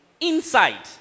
inside